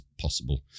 possible